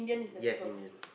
yes indian